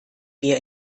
wir